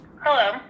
Hello